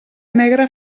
negra